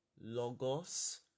logos